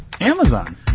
Amazon